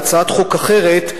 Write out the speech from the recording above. בהצעת חוק אחרת,